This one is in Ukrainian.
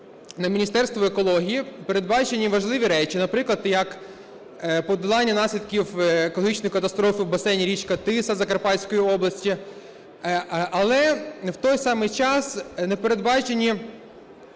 на Міністерство екології передбачені важливі речі, наприклад, як подолання наслідків екологічної катастрофи в басейні річки Тиса Закарпатської області, але в той самий час не передбачені